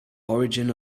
origin